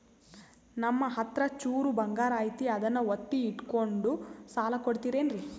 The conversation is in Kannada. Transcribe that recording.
ನಮ್ಮಹತ್ರ ಚೂರು ಬಂಗಾರ ಐತಿ ಅದನ್ನ ಒತ್ತಿ ಇಟ್ಕೊಂಡು ಸಾಲ ಕೊಡ್ತಿರೇನ್ರಿ?